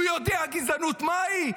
הוא יודע גזענות מהי?